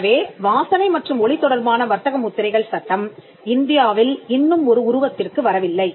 எனவே வாசனை மற்றும் ஒலி தொடர்பான வர்த்தக முத்திரைகள் சட்டம் இந்தியாவில் இன்னும் ஒரு உருவத்திற்கு வரவில்லை